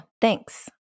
Thanks